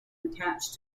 attached